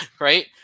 right